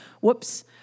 whoops